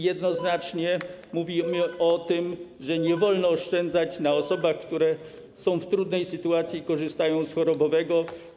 Jednoznacznie mówimy o tym, że nie wolno oszczędzać na osobach, które są w trudnej sytuacji i korzystają z chorobowego.